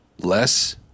Less